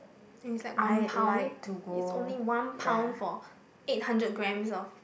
is like one pound it's only one pound for eight hundred grams of